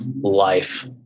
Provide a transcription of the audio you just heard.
Life